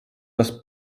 das